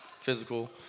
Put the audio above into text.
physical